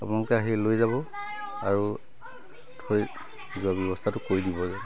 আপোনালোকে আহি লৈ যাব আৰু থৈ যোৱা ব্যৱস্থাটো কৰি দিব